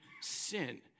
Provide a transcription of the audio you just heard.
sin